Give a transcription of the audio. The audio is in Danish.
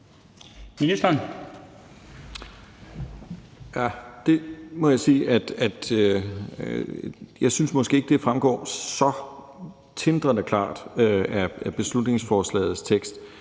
at jeg måske ikke synes fremgår så tindrende klart af beslutningsforslagets tekst,